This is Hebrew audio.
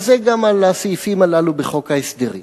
אז זה גם על הסעיפים הללו בחוק ההסדרים.